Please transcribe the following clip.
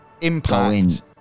impact